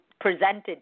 presented